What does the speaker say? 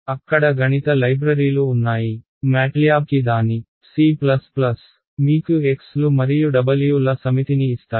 అక్కడ గణిత లైబ్రరీలు ఉన్నాయి MATLAB కి దాని C మీకు x లు మరియు w ల సమితిని ఇస్తాయి